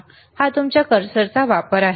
हा तुमच्या कर्सरचा वापर आहे